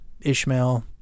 Ishmael